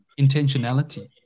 intentionality